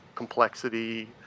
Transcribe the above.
complexity